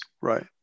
Right